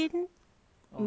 medic~